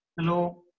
Hello